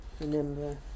remember